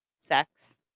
sex